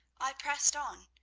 i pressed on,